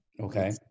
okay